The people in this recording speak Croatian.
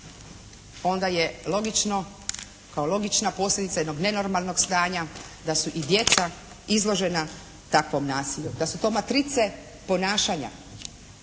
kao logična posljedica jednog nenormalnog stanja da su i djeca izložena takvom nasilju, da su to matrice ponašanja,